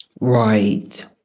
Right